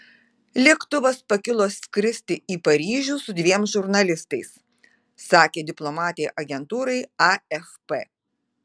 lėktuvas pakilo skristi į paryžių su dviem žurnalistais sakė diplomatė agentūrai afp